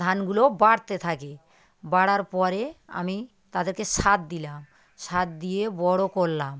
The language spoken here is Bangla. ধানগুলো বাড়তে থাকে বাড়ার পরে আমি তাদেরকে সার দিলাম সার দিয়ে বড়ো করলাম